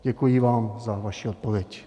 Děkuji vám za vaši odpověď.